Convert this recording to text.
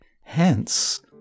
Hence